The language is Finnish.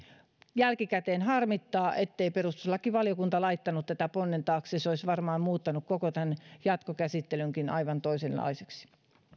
jälkikäteen harmittaa ettei perustuslakivaliokunta laittanut tätä ponnen taakse se olisi varmaan muuttanut koko tämän jatkokäsittelynkin aivan toisenlaiseksi